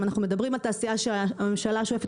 אם אנחנו מדברים על התעשייה שהממשלה שואפת